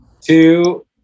two